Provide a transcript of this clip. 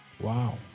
Wow